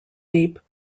deep